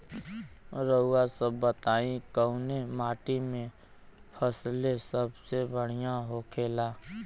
रउआ सभ बताई कवने माटी में फसले सबसे बढ़ियां होखेला?